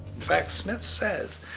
in fact, smith says,